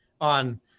on